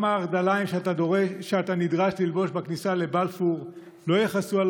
גם הערדליים שאתה נדרש ללבוש בכניסה לבלפור לא יכסו על